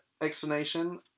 explanation